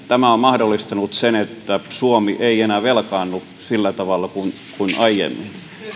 tämä on mahdollistanut sen että suomi ei enää velkaannu sillä tavalla kuin kuin aiemmin